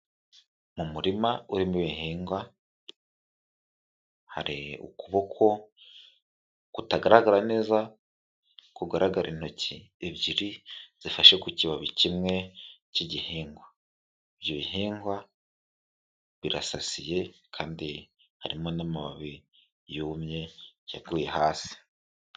Umurima urimo ibihingwa, hari ukuboko kutagaragara neza, kugaragara intoki ebyiri zifashe ku kibabi kimwe cyigihingwa, ibyo bihingwa birasasiye kandi harimo n'amababi yumye yaguye hasi.